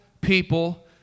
people